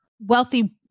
wealthy